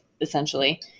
essentially